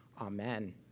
Amen